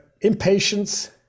impatience